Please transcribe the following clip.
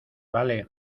vale